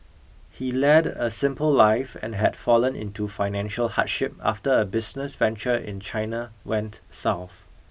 he led a simple life and had fallen into financial hardship after a business venture in China went south